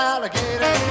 Alligator